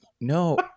no